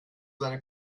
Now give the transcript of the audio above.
seine